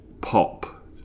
pop